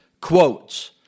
quotes